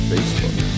Facebook